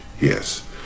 yes